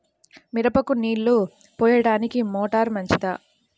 మిరపకు నీళ్ళు పోయడానికి మోటారు మంచిదా?